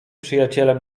przyjacielem